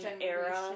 era